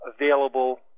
available